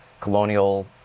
colonial